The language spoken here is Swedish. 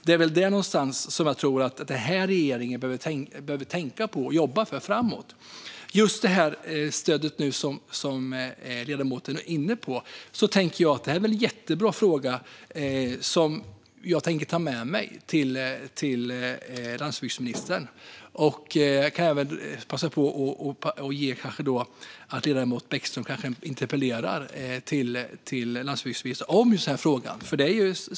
Det är väl detta som den här regeringen behöver jobba för framöver. Det stöd som ledamoten nu talar om är en jättebra fråga. Jag tänker ta med mig den till landsbygdsministern. Jag kan även föreslå att ledamoten Bäckström interpellerar landsbygdsministern om just den här frågan.